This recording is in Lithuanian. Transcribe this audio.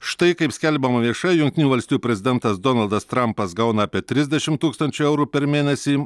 štai kaip skelbiama viešai jungtinių valstijų prezidentas donaldas trampas gauna apie trisdešim tūkstančių eurų per mėnesį